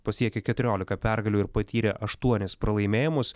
pasiekė keturiolika pergalių ir patyrė aštuonis pralaimėjimus